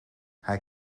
hij